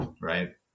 right